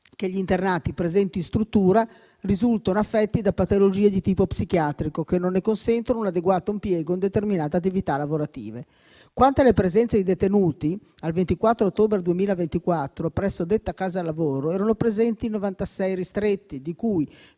che gli internati presenti in struttura risultano affetti da patologie di tipo psichiatrico che non ne consentono un adeguato impiego in determinate attività lavorative. Quanto alle presenze di detenuti al 24 ottobre 2024 presso detta casa lavoro, erano presenti 96 ristretti, di cui